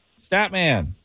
Statman